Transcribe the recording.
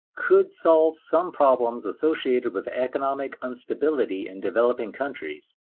could solve some problems associated with economic unsustainability in developing countries,